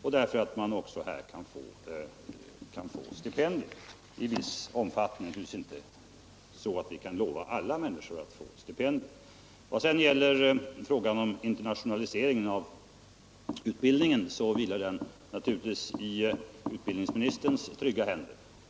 Vi kan däremot naturligtvis inte lova alla människor stipendier. Vad sedan gäller frågan om internationalisering av utbildningen så vilar den naturligtvis i utbildningsministerns trygga händer.